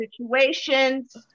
situations